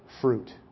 fruit